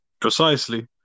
Precisely